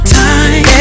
time